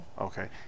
Okay